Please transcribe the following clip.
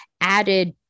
added